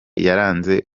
yaranze